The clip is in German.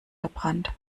verbrannt